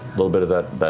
little bit of that,